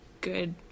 good